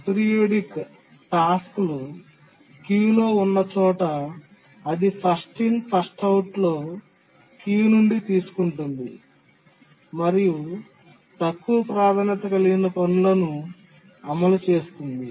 aperiodic టాస్క్లు క్యూలో ఉన్న చోట అది ఫస్ట్ ఇన్ ఫస్ట్ అవుట్ లో క్యూ నుండి తీసుకుంటుంది మరియు తక్కువ ప్రాధాన్యత కలిగిన పనులను అమలు చేస్తుంది